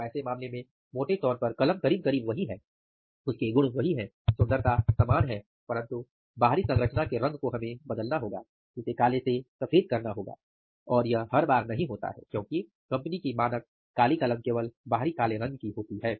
तो ऐसे मामले में मोटे तौर पर कलम करीब करीब वही है उसके गुण वही है सुन्दरता समान है परन्तु बाहरी संरचना के रंग को हमें बदलना होगा और यह हर बार नहीं होता है क्योंकि कंपनी की मानक काली कलम केवल बाहरी काले रंग की होती है